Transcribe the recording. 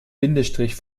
bindestrich